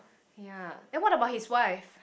ya then what about his wife